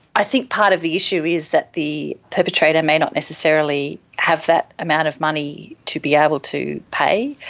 i think part of the issue is that the perpetrator may not necessarily have that amount of money to be able to pay.